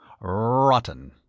Rotten